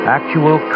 Actual